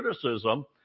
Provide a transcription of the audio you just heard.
criticism